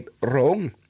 wrong